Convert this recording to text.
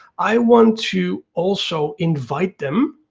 i want to also invite them,